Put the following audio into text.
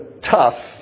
tough